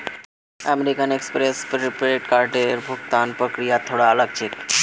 American Express prepaid कार्डेर भुगतान प्रक्रिया थोरा अलग छेक